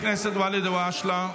חבר הכנסת ואליד אלהואשלה,